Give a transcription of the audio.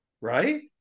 right